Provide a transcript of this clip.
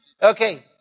Okay